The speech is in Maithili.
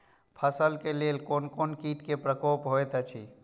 फसल के लेल कोन कोन किट के प्रकोप होयत अछि?